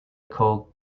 called